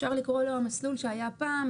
אפשר לקרוא לו המסלול שהיה פעם,